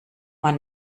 man